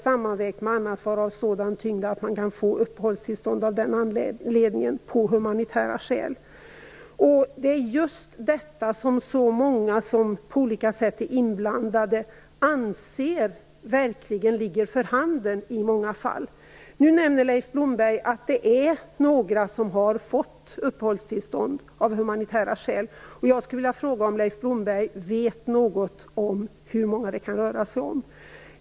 Sammanvägt med annat kan det få sådan tyngd att man kan få uppehållstillstånd av den anledningen att det föreligger humanitära skäl. Det är just detta som så många som på olika sätt är inblandade anser verkligen ligga för handen i många fall. Nu menar Leif Blomberg att det är några som har fått uppehållstillstånd av humanitära skäl. Jag skulle vilja fråga om Leif Blomberg vet något om hur många det kan röra sig om.